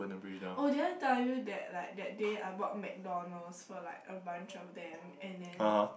oh did I tell you that like that day I bought McDonald's for like a bunch of them and then